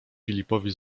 filipowi